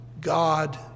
God